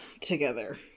together